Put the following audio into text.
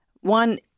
one